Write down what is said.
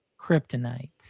kryptonite